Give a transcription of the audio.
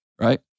right